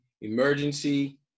emergency